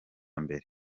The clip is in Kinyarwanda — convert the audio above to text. mbere